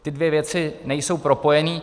Ty dvě věci nejsou propojené.